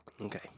okay